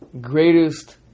greatest